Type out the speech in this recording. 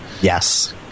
Yes